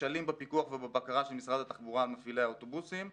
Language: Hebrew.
כשלים בפיקוח ובבקרה של משרד התחבורה על מפעילי האוטובוסים,